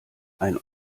ein